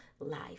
life